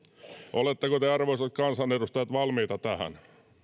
oletteko te arvoisat kansanedustajat valmiita tähän